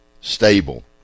stable